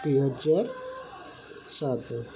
ଦୁଇହଜାର ସାତ